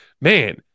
man